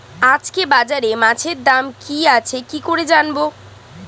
আজকে বাজারে মাছের দাম কি আছে কি করে জানবো?